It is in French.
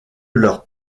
leurs